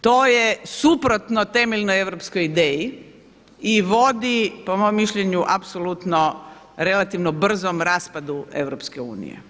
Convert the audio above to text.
To je suprotno temeljnoj Europskoj ideji i vodi po mom mišljenju apsolutno relativno brzom raspadu EU.